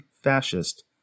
fascist